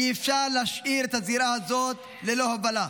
אי-אפשר להשאיר את הזירה הזאת ללא הובלה,